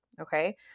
Okay